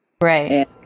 Right